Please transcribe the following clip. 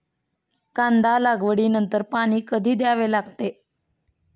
कांदा लागवडी नंतर पाणी कधी द्यावे लागते?